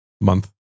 month